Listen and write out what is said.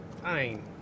fine